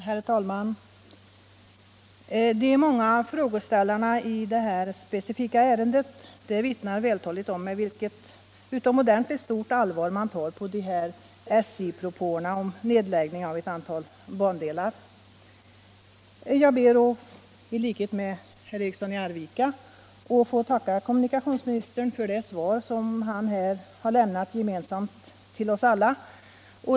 Herr talman! De många frågeställarna i det här specifika ärendet vittnar vältaligt om med vilket utomordentligt stort allvar man tar på SJ-propåerna om nedläggning av ett antal bandelar. Jag ber att, i likhet med herr Eriksson i Arvika, få tacka kommunikationsministern för det svar som han lämnat gemensamt till oss alla.